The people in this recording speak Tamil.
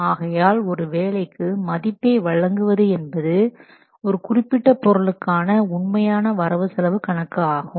ஆகையால் ஒரு வேலைக்கு மதிப்பை வழங்குவது என்பது ஒரு குறிப்பிட்ட பொருளுக்கான உண்மையான வரவு செலவு கணக்கு ஆகும்